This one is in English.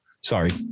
Sorry